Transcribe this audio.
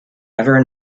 ever